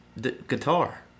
guitar